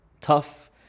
tough